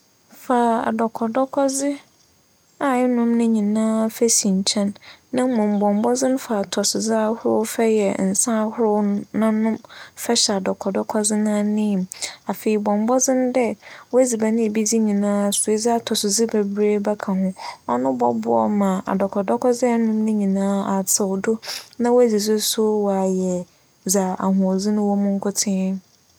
Fa adͻkͻdͻkͻdze a enom nyinaa fa si nkyɛn na mbom bͻ mbͻdzen fa atͻsodze ahorow fa yɛ nsa ahorow na nom fahyɛ adͻkͻdͻkͻdze anan mu. Afei bͻ mbͻdzen dɛ w'edziban a ebedzi no nyinara so edze atͻsodze beberee bɛka ho. ͻno bͻboa wo ma adͻkͻdͻkͻdze a enom nyinara atsew do na w'edzidzi so ayɛ dza ahoͻdzen wͻ mu nkotsee.